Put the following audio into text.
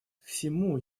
всему